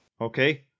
okay